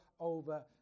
over